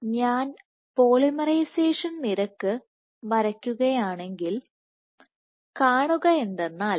ഞാൻ പോളിമറൈസേഷൻ നിരക്ക് വരയ്ക്കുകയാണെങ്കിൽ ഞാൻ കാണുക എന്തെന്നാൽ